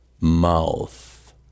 mouth